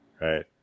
right